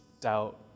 doubt